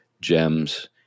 gems